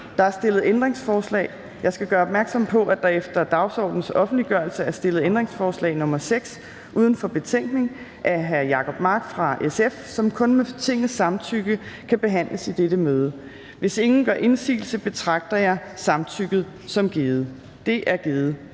Der er stillet ændringsforslag. Jeg skal gøre opmærksom på, at der efter dagsordenens offentliggørelse er stillet ændringsforslag nr. 6, uden for betænkningen, af Jacob Mark (SF), som kun med Tingets samtykke kan behandles i dette møde. Hvis ingen gør indsigelse, betragter jeg samtykket som givet. Det er givet.